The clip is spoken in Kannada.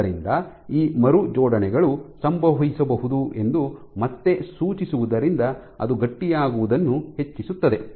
ಆದ್ದರಿಂದ ಈ ಮರುಜೋಡಣೆಗಳು ಸಂಭವಿಸಬಹುದು ಎಂದು ಮತ್ತೆ ಸೂಚಿಸುವುದರಿಂದ ಅದು ಗಟ್ಟಿಯಾಗುವುದನ್ನು ಹೆಚ್ಚಿಸುತ್ತದೆ